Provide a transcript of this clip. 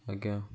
ଆଜ୍ଞା